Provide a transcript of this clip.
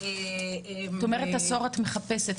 את אומרת שאת מחפשת עשור,